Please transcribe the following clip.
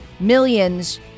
Millions